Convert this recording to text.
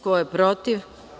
Ko je protiv?